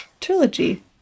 trilogy